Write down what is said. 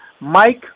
Mike